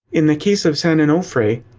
in the case of san and onofre,